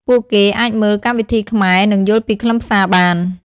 ពួកគេអាចមើលកម្មវិធីខ្មែរនិងយល់ពីខ្លឹមសារបាន។